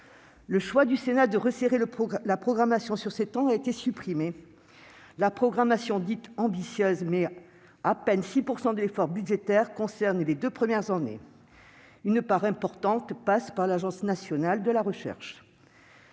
Le choix du Sénat de resserrer la programmation sur sept ans a été supprimé. La programmation se dit ambitieuse, mais à peine 6 % de l'effort budgétaire concerne les deux premières années. Une part importante passe par l'Agence nationale de la recherche.